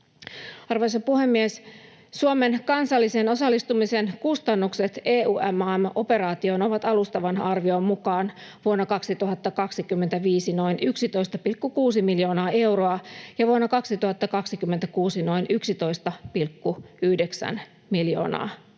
Arvoisa puhemies! Suomen kansallisen osallistumisen kustannukset EUMAM-operaatioon ovat alustavan arvion mukaan vuonna 2025 noin 11,6 miljoonaa euroa ja vuonna 2026 noin 11,9 miljoonaa euroa,